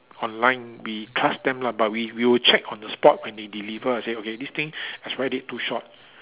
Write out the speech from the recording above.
online we trust them lah but we we will check on the spot when they deliver and say okay this thing expiry date too short